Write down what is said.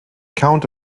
count